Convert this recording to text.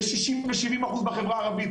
ל-60% ול-70% בחברה הערבית,